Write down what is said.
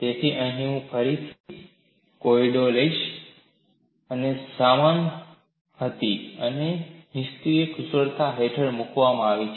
તેથી અહીં હું ફરીથી એક કોયડો લઈશ જે પહેલાની સમાન હતી અહીં તે નિશ્ચિત કુશળતા હેઠળ મૂકવામાં આવે છે